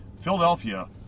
Philadelphia